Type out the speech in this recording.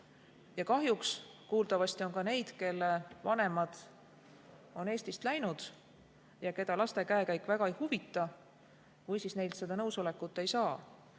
Kahjuks on kuuldavasti ka neid, kelle vanemad on Eestist läinud ja keda laste käekäik väga ei huvita või kellelt seda nõusolekut ei saa.